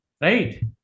Right